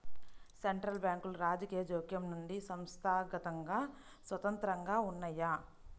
central బ్యాంకులు రాజకీయ జోక్యం నుండి సంస్థాగతంగా స్వతంత్రంగా ఉన్నయ్యి